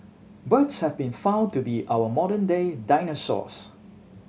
birds have been found to be our modern day dinosaurs